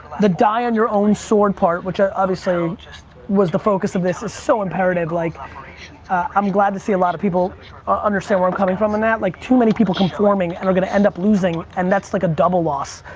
the die on your own sword part, which i obviously um was the focus of this, is so imperative. like um i'm glad to see a lot of people understand where i'm coming from in that. like too many people conforming and are gonna end up losing. and that's like a double loss.